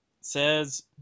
says